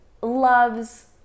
loves